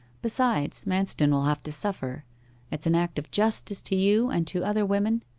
besides, manston will have to suffer it's an act of justice to you and to other women,